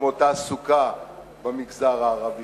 כמו תעסוקה במגזר הערבי,